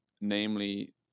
namely